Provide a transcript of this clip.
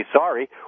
Sorry